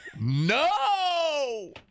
No